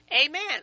Amen